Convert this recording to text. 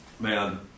Man